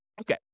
Okay